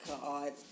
God